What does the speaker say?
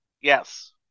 Yes